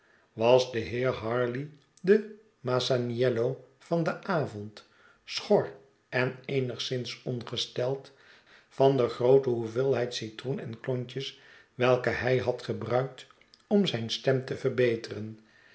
was de heer harleigh de masaniello van den avond schor en eenigszins ongesteld van de groote hoeveelheid citroen en klontjes welke hij had gebruikt om zijn stem te verbeteren